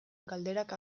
galderak